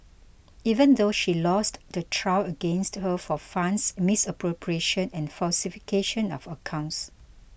even though she lost the trial against her for funds misappropriation and falsification of accounts